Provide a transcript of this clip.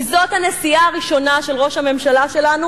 כי זאת הנסיעה הראשונה של ראש הממשלה שלנו